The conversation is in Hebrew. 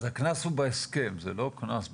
אז הקנס הוא בהסכם, זה לא קנס בחוק?